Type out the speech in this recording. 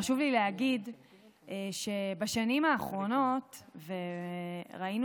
חשוב לי להגיד שבשנים האחרונות ראינו